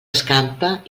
escampa